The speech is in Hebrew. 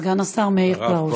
סגן השר מאיר פרוש.